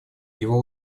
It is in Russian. его